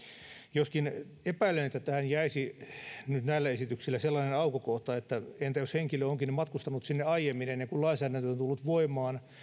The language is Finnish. joskin epäilen että tähän jäisi nyt näillä esityksillä sellainen aukkokohta että entä jos henkilö onkin matkustanut sinne aiemmin ennen kuin lainsäädäntö on tullut voimaan